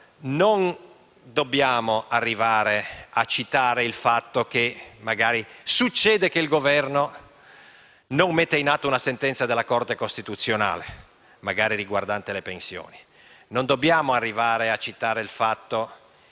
Non dobbiamo arrivare a citare il fatto che il Governo non metta in atto una sentenza della Corte costituzionale, magari riguardante le pensioni. Non dobbiamo arrivare a citare il fatto che